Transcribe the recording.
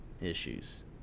issues